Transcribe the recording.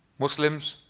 muslims.